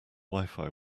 wifi